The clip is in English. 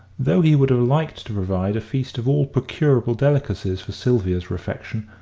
though he would have liked to provide a feast of all procurable delicacies for sylvia's refection,